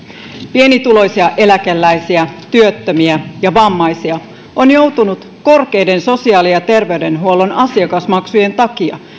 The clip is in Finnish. pienituloisia eläkeläisiä työttömiä ja vammaisia on joutunut korkeiden sosiaali ja terveydenhuollon asiakasmaksujen takia